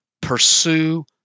Pursue